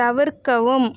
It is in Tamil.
தவிர்க்கவும்